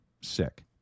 sick